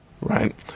right